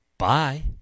Bye